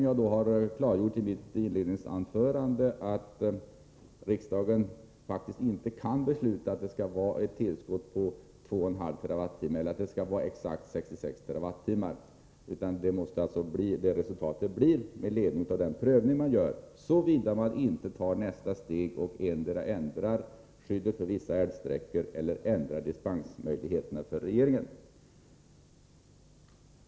Jag har i mitt inledningsanförande klartgjort att riksdagen faktiskt inte kan besluta att det skall vara ett tillskott på 2,5 TWh eller att det skall vara exakt 66 TWh. Resultatet måste bli sådant det blir på grundval av den prövning som görs, såvida man inte tar ytterligare ett steg och endera ändrar skyddet för vissa älvsträckor eller ändrar regeringens möjligheter att ge dispens.